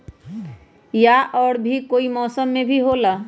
या और भी कोई मौसम मे भी होला?